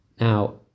Now